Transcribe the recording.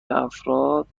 افراد